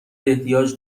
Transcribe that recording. احتیاج